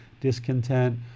discontent